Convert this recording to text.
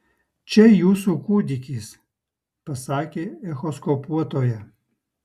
čia jūsų kūdikis pasakė echoskopuotoja